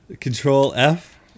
Control-F